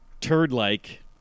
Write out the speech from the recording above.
turd-like